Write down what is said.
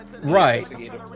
right